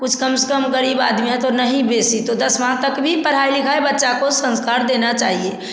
कुछ कम से कम गरीब आदमी है तो नहीं बेसी तो दसमा तक भी पढ़ाई लिखाई बच्चा को संस्कार देना चाहिए